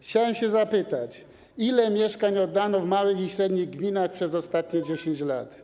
Chciałem zapytać, ile mieszkań oddano w małych i średnich gminach przez ostatnie 10 lat.